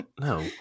No